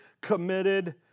committed